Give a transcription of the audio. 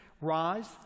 Rise